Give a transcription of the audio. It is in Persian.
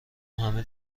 همه